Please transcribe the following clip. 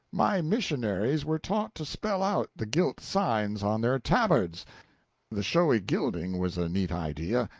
my missionaries were taught to spell out the gilt signs on their tabards the showy gilding was a neat idea,